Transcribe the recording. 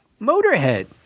Motorhead